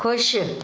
खु़शि